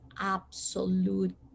absolute